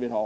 Svenska